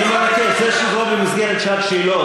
אני מבקש, אלה תשובות במסגרת שעת שאלות.